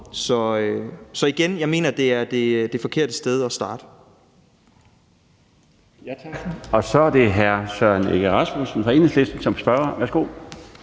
sige, at jeg mener, det er det forkerte sted at starte.